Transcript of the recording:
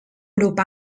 grup